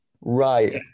right